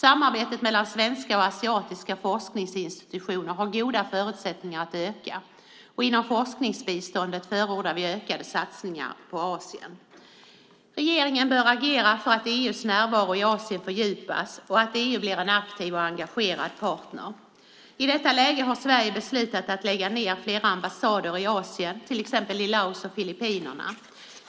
Samarbete mellan svenska och asiatiska forskningsinstitutioner har goda förutsättningar att öka, och inom forskningsbiståndet förordar vi ökade satsningar på Asien. Regeringen bör agera för att EU:s närvaro i Asien fördjupas och att EU blir en aktiv och engagerad partner. I detta läge har Sverige beslutat att lägga ned flera ambassader i Asien, till exempel i Laos och Filippinerna.